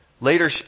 later